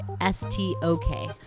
s-t-o-k